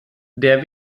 der